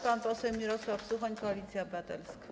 Pan poseł Mirosław Suchoń, Koalicja Obywatelska.